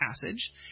passage